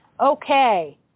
Okay